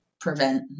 prevent